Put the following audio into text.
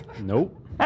Nope